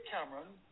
Cameron